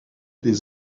des